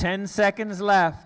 ten seconds left